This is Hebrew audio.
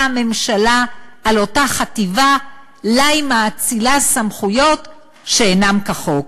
הממשלה על אותה חטיבה שלה היא מאצילה סמכויות שלא כחוק.